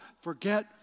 forget